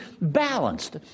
balanced